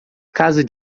casa